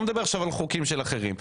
אני לא מדבר עכשיו על חוקים של אחרים,